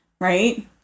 right